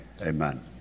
Amen